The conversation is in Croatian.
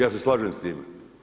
Ja se slažem s time.